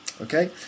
Okay